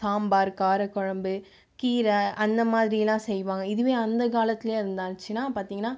சாம்பார் கார குழம்பு கீரை அந்த மாதிரிலாம் செய்வாங்க இதுவே அந்த காலத்தில் என்ன ஆச்சுன்னா பார்த்தீங்கன்னா